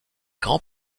grands